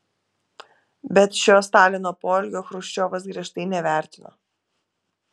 bet šio stalino poelgio chruščiovas griežtai nevertino